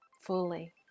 fully